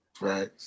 Right